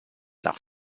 nach